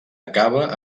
acaba